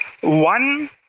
one